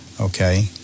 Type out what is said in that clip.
Okay